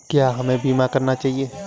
क्या हमें बीमा करना चाहिए?